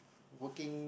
working